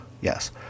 Yes